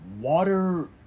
Water